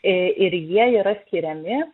ir jie yra skiriami